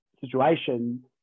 situation